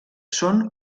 són